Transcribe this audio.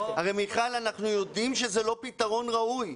הרי אנחנו יודעים שזה לא פתרון ראוי.